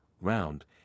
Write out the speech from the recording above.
round